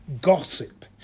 gossip